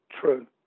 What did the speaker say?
true